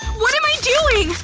what am i doing!